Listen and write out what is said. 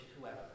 whoever